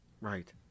Right